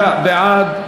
43 בעד,